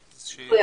גם שב"ס כאן בזום.